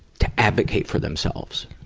to advocate for themselves.